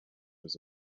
was